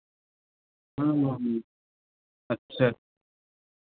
हाँ हाँ अच्छा